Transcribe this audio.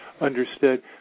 Understood